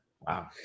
Wow